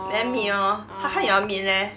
then me~ lor how come you all meet leh